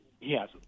Yes